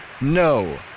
No